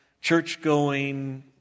church-going